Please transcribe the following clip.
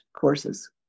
courses